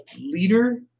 leader